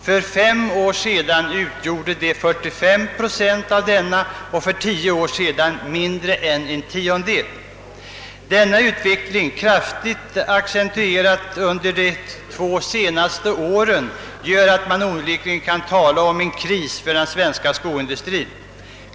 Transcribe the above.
För fem år sedan utgjorde de 45 procent av denna produktion, och för tio år sedan mindre än en tiondel. Denna utveckling, som kraftigt accentuerats under de två senaste åren, gör att man onekligen kan tala om en kris för den svenska skoindustrin.